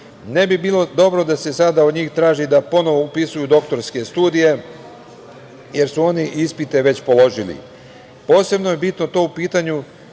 Ne bi bilo dobro da se sada od njih traži da ponovo upisuju doktorske studije, jer su oni ispite već položili. Posebno je bitno to, jer